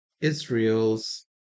israel's